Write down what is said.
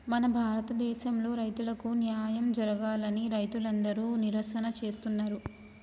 మన భారతదేసంలో రైతులకు న్యాయం జరగాలని రైతులందరు నిరసన చేస్తున్నరు